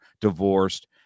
divorced